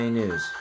news